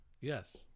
Yes